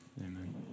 amen